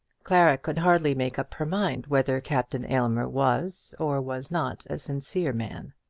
clara could hardly make up her mind whether captain aylmer was or was not a sincere man.